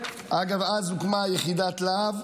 אגב, אז הוקמה יחידת להב,